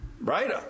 right